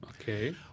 Okay